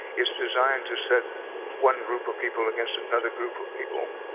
it's designed to set one group of people against another group of people.